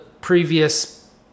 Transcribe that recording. previous